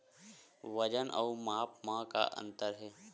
वजन अउ माप म का अंतर हे?